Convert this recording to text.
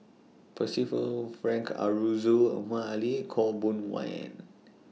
Percival Frank Aroozoo Omar Ali Khaw Boon Wan